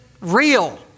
real